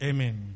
Amen